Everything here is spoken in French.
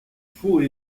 faux